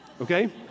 okay